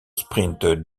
sprint